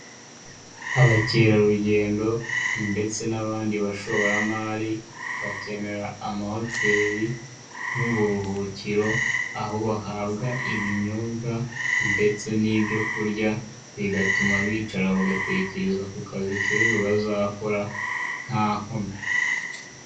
Abakerarugendo ndetse n'abandi bashoramari, bakenera amahoteli nk'uburuhukiro, aho bahabwa ibinyobwa ndetse n'ibyo kurya, bigatuma bicara bagatekereza ku kazi kejo bazakora ntankomyi.